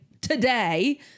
today